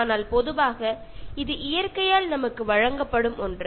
ஆனால் பொதுவாக இது இயற்கையால் நமக்கு வழங்கப்படும் ஒன்று